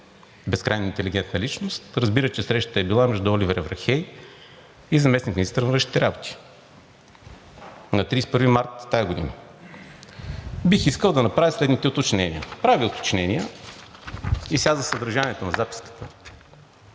безкрайно интелигентна личност разбира, че срещата е била между Оливер Вархеи и заместник-министъра на външните работи на 31 март тази година. Бих искал да направя следните уточнения: правя уточнения и сега за съдържанието на записката: